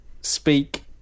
speak